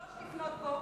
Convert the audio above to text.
ב-03:00, לפנות בוקר,